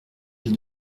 j’ai